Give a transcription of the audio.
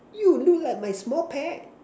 you look like my small pet